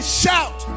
shout